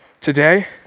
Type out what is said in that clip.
today